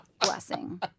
blessing